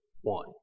one